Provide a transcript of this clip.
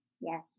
Yes